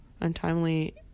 untimely